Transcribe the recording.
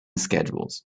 schedules